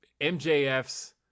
MJF's